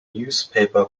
newspaper